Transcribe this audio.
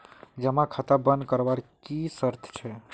जमा खाता बन करवार की शर्त छे?